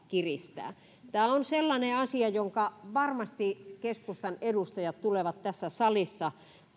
kiristää tämä on sellainen asia jonka varmasti keskustan edustajat tulevat tässä salissa